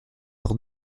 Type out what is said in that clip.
leur